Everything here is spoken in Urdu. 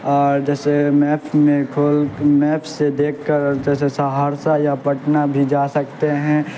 اور جیسے میپس میں کھول میپ سے دیکھ کر اور جیسے سہرسہ یا پٹنہ بھی جا سکتے ہیں